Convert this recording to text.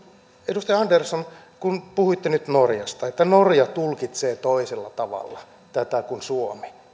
edustaja andersson kun puhuitte nyt norjasta siitä että norja tulkitsee toisella tavalla tätä kuin suomi